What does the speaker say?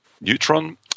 Neutron